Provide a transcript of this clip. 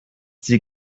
sie